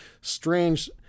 strange